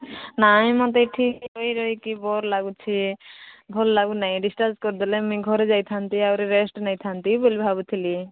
ନାଇଁ ମତେ ଏଠି ରହି ରହିକି ବୋର୍ ଲାଗୁଛି ଭଲ ଲାଗୁନାହିଁ ଡିସ୍ଚାର୍ଜ୍ କରିଦେଲେ ମୁଇଁ ଘରେ ଯାଇଥାନ୍ତି ଆହୁରି ରେଷ୍ଟ ନେଇଥାନ୍ତି ବୋଲି ଭାବୁଥିଲି